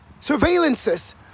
surveillances